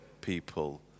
people